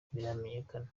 ntibiramenyekana